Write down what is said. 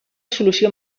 solució